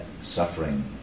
suffering